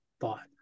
thought